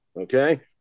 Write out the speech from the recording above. okay